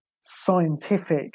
scientific